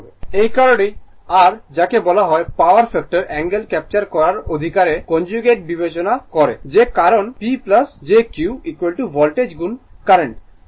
এই কারণেই r যাকে বলা হয় পাওয়ার ফ্যাক্টর অ্যাঙ্গেল ক্যাপচার করার অধিকার কে কনজুগেট বিবেচনা করে যে কারণে P jQ ভোল্টেজ গুণ কারেন্ট কনজুগেট